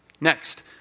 Next